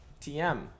TM